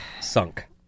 Sunk